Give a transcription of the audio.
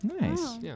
Nice